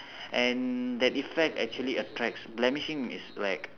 and that effect actually attracts blemishing is like